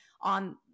on